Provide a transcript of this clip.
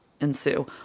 ensue